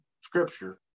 scripture